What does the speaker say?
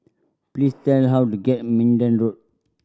please tell how to get Minden Road